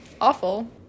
Awful